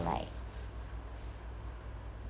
like